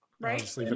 right